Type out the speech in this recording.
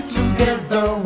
together